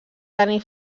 tenir